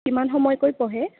কিমান সময়কৈ পঢ়ে